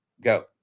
go